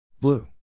Blue